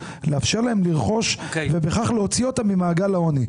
לאפשר להם לרכוש ובכך להוציא אותם ממעגל העוני.